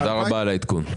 תודה רבה על העדכון.